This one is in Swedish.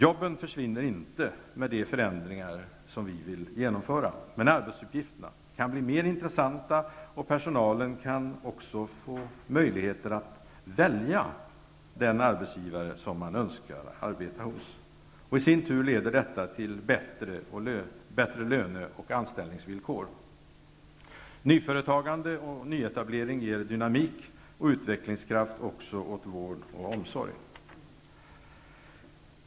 Jobben försvinner inte med de förändringar som vi vill genomföra, men arbetsuppgifterna kan bli mer intressanta och personalen kan också få möjlighet att välja den arbetsgivare som man önskar arbeta hos. I sin tur leder detta till bättre löne och anställningsvillkor. Nyföretagande och nyetablering ger dynamik och utvecklingskraft också åt vård och omsorg.